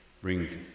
brings